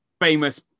famous